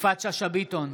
יפעת שאשא ביטון,